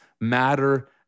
matter